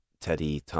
Teddy